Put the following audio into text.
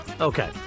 Okay